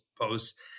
posts